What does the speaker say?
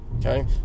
Okay